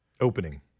Opening